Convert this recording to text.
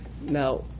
now